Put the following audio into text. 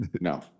No